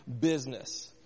business